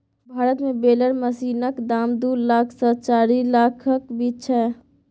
भारत मे बेलर मशीनक दाम दु लाख सँ चारि लाखक बीच छै